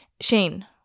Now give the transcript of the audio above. Shane